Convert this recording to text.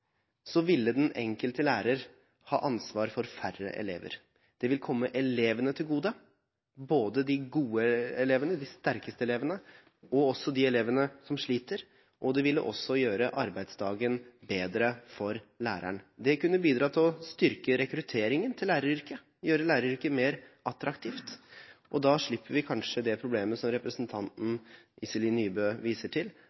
ville den enkelte lærer ha ansvar for færre elever. Det vil komme elevene til gode, både de gode elevene, de sterkeste elevene, og de elevene som sliter, og det ville også gjøre arbeidsdagen bedre for læreren. Det kunne bidra til å styrke rekrutteringen til læreryrket, gjøre læreryrket mer attraktivt. Da slipper vi kanskje det problemet som representanten Iselin Nybø viser til,